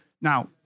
Now